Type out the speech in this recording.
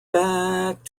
back